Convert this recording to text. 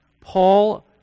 Paul